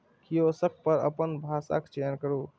kiosk पर अपन भाषाक चयन करू